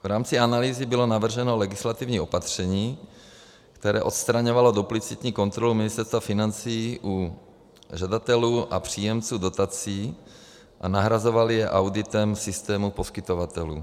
V rámci analýzy bylo navrženo legislativní opatření, které odstraňovalo duplicitní kontrolu Ministerstva financí u žadatelů a příjemců dotací a nahrazovalo je auditem systému poskytovatelů.